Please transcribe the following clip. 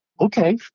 okay